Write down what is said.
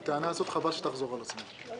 חבל שהטענה הזאת תחזור על עצמה.